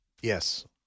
yes